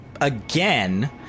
again